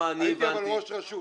אבל הייתי ראש רשות.